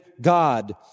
God